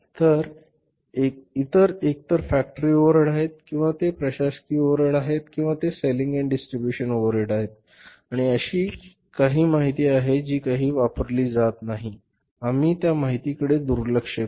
तर इतर एकतर फॅक्टरी ओव्हरहेड आहेत किंवा ते प्रशासकीय ओव्हरहेड आहेत किंवा ते सेलींग एन्ड डिसट्रिब्यूशन ओव्हरहेड्स आहेत आणि अशी काही माहिती आहे जी काही वापरली जात नाही आम्ही त्या माहितीकडे दुर्लक्ष करू